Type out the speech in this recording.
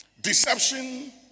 Deception